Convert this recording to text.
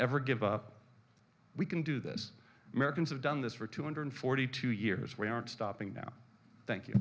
ever give up we can do this americans have done this for two hundred forty two years we aren't stopping now thank you